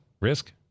Risk